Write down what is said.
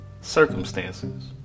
circumstances